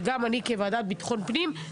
וגם אני כוועדת ביטחון פנים,